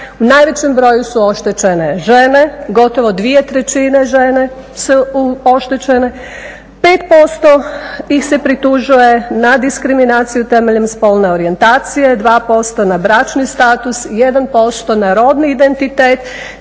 U najvećem broju su oštećene žene, gotovo 2/3 žene su oštećene, 5% ih se pritužuje na diskriminaciju temeljem spolne orijentacije, 2% na bračni status, 1% na rodni identitet,